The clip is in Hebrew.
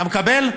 אתה מקבל?